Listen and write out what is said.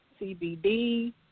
CBD